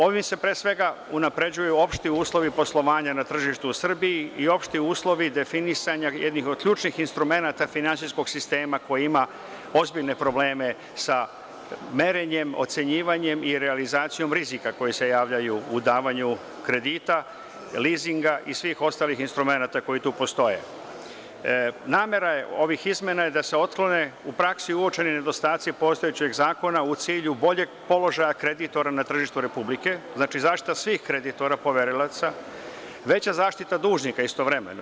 Ovim se pre svega unapređuju opšti uslovi poslovanja na tržištu u Srbiji i opšti uslovi definisanja, jednih od ključnih instrumenata finansijskog sistema koji ima ozbiljne probleme sa merenjem, ocenjivanjem i realizacijom rizika koji se javljaju u davanju kredita, lizinga i svih ostalih instrumenata koji tu postoje, Namera ovih izmena je da se otklone u praksi uočeni nedostaci postojećeg zakona u cilju boljeg položaja kreditora na tržištu Republike, znači zaštita svih kreditora, poverilaca, veća zaštita dužnika istovremeno.